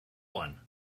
one